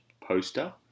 Poster